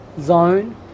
zone